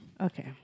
Okay